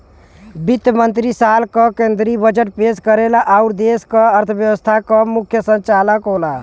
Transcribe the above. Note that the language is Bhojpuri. वित्त मंत्री साल क केंद्रीय बजट पेश करेला आउर देश क अर्थव्यवस्था क मुख्य संचालक होला